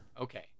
Okay